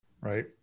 Right